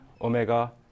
omega